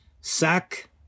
Sack